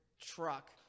truck